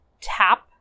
tap